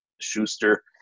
Schuster